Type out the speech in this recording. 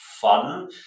fun